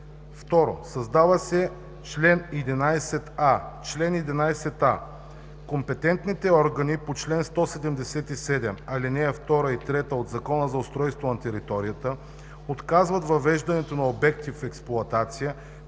2. Създава се чл. 11а: „Чл. 11а. Компетентните органи по чл. 177, ал. 2 и 3 от Закона за устройство на територията отказват въвеждането на обекти в експлоатация